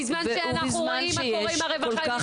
בזמן שאנחנו רואים מה קורה עם הרווחה --- פנינה,